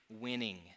winning